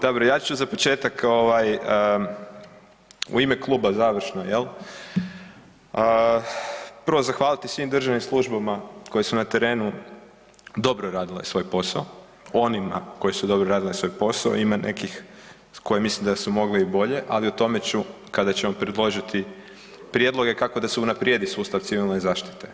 Dobro, ja ću za početak u ime kluba završno jel, prvo zahvaliti svim državnim službama koje su na terenu dobro radile svoj posao, onima koje su dobro radile svoj posao, a ima nekih koje mislim da su mogli i bolje, ali o tome ću kada ćemo predložiti prijedloge kako da se unaprijedi sustav civilne zaštite.